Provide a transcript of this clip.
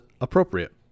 appropriate